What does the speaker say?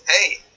hey